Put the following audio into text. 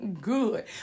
good